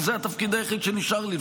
כי זה התפקיד היחיד שנשאר לי,